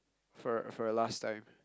for for a last time